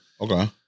Okay